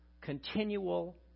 continual